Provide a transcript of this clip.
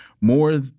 More